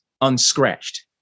unscratched